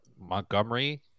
Montgomery